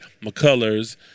McCullers